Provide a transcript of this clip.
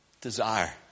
desire